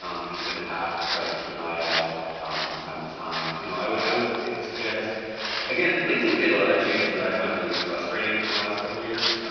um you're just going to have to try to keep an eye out from time to time you know i would i would suggest again, linkedin's made a lot of changes that i find really frustrating in the last couple years.